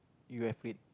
you have read